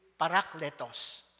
parakletos